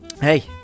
Hey